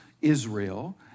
Israel